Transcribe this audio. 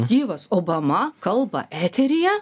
gyvas obama kalba eteryje